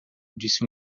disse